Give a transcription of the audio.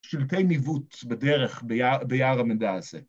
‫שלטי ניווט בדרך ביער ביער המדע הזה.